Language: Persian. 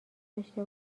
داشته